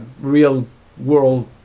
real-world